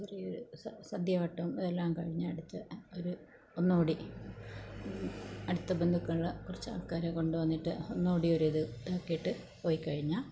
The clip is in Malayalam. ചെറിയൊരു സദ്യ വട്ടം എല്ലാം കഴിഞ്ഞ് അടുത്ത ഒരു ഒന്നുകൂടി അടുത്ത ബന്ധുക്കൾ കുറച്ച് ആൾക്കാരെ കൊണ്ടു വന്നിട്ട് ഒന്നുകൂടി ഒരു ഇതാക്കിയിട്ട് പോയി കഴിഞ്ഞാൽ